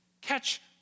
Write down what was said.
catch